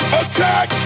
attack